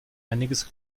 einiges